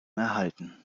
erhalten